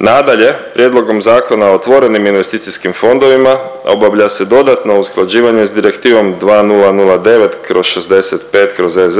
Nadalje, prijedlogom Zakona o otvorenim investicijskim fondovima obavlja se dodatno usklađivanje s Direktivom 2009/65/EZ